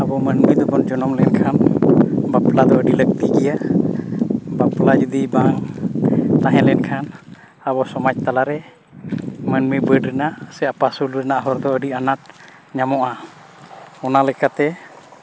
ᱟᱵᱚ ᱢᱟᱹᱱᱢᱤ ᱫᱚᱵᱚᱱ ᱡᱚᱱᱚᱢ ᱞᱮᱱᱠᱷᱟᱱ ᱵᱟᱯᱞᱟ ᱫᱚ ᱟᱹᱰᱤ ᱞᱟᱹᱠᱛᱤ ᱜᱮᱭᱟ ᱵᱟᱯᱞᱟ ᱡᱩᱫᱤ ᱵᱟᱝ ᱛᱟᱦᱮᱸ ᱞᱮᱱᱠᱷᱟᱱ ᱟᱵᱚ ᱥᱚᱢᱟᱡᱽ ᱛᱟᱞᱟᱨᱮ ᱢᱟᱹᱱᱢᱤ ᱵᱟᱹᱰ ᱨᱮᱱᱟᱜ ᱥᱮ ᱟᱯᱟᱥᱩᱞ ᱨᱮᱱᱟᱜ ᱦᱚᱨ ᱫᱚ ᱟᱹᱰᱤ ᱟᱱᱟᱴ ᱧᱟᱢᱚᱜᱼᱟ ᱚᱱᱟ ᱞᱮᱠᱟᱛᱮ